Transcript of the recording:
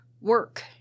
work